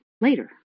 later